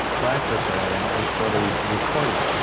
frank was there, and it was for the recording.